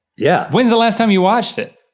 yeah. when's the last time you watched it?